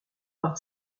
par